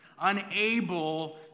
unable